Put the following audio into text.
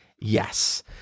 yes